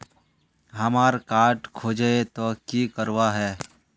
हमार कार्ड खोजेई तो की करवार है?